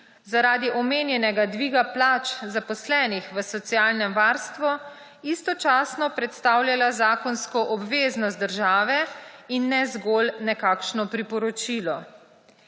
zaradi omenjenega dviga plač zaposlenih v socialnem varstvu istočasno predstavljala zakonsko obveznost države in ne zgolj nekakšno priporočilo.